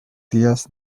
días